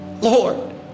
Lord